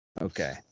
Okay